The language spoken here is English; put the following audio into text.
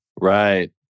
Right